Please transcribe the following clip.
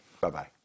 Bye-bye